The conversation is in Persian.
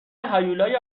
هیولای